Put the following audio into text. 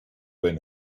been